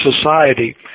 society